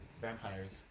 Vampires